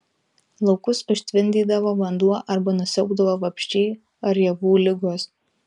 laukus užtvindydavo vanduo arba nusiaubdavo vabzdžiai ar javų ligos